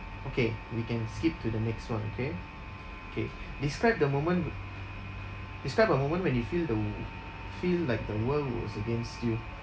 okay we can skip to the next [one] okay K describe the moment w~ describe a moment when you feel the wo~ feel like the world was against you